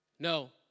No